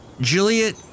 Juliet